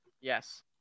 yes